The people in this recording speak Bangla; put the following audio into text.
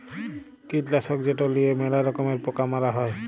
কীটলাসক যেট লিঁয়ে ম্যালা রকমের পকা মারা হ্যয়